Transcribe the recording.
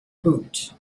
boot